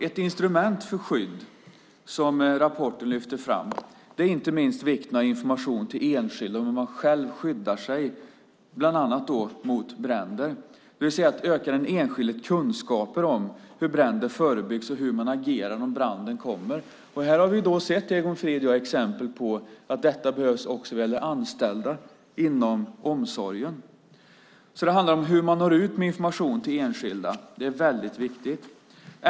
Ett instrument för skydd som lyfts fram i rapporten är inte minst vikten av information till enskilda om hur man själv skyddar sig, bland annat mot bränder. Det handlar alltså om att öka den enskildes kunskaper om hur bränder förebyggs och om hur man agerar om branden kommer. Här har Egon Frid och jag sett exempel på att detta behövs också när det gäller anställda inom omsorgen. Det handlar således om hur man når ut med information till enskilda. Detta är väldigt viktigt.